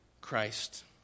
Christ